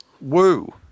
woo